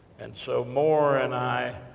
and so, moore, and i,